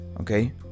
Okay